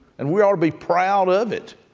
and we ought to be proud of it,